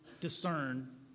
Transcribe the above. discern